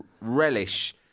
relish